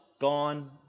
gone